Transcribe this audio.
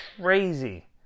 crazy